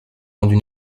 rendue